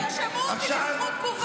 אדוני, תרשמו אותי לזכות תגובה.